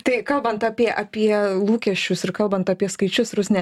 tai kalbant apie apie lūkesčius ir kalbant apie skaičius rusne